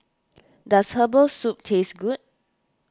does Herbal Soup taste good